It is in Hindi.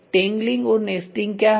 टेंग्लिंग और नेस्टिंग क्या है